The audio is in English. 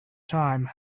time